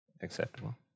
acceptable